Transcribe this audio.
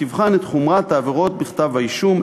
שתבחן את חומרת העבירות בכתב-האישום,